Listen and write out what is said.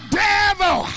devil